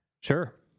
Sure